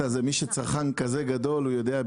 מי שצרכן כזה גדול, הוא יודע בדיוק.